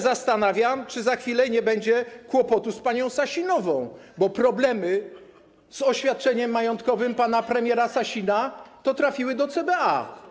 Zastanawiam się, czy za chwilę nie będzie kłopotu z panią Sasin, bo problemy z oświadczeniem majątkowym pana premiera Sasina trafiły do CBA.